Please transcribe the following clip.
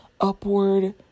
upward